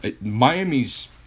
Miami's